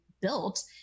built